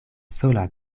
sola